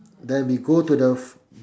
then we go to the